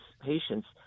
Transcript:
patients